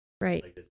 right